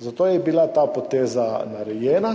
Zato je bila ta poteza narejena.